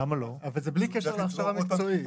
אבל זה בלי קשר להכשרה מקצועית.